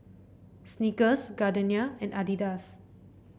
Snickers Gardenia and Adidas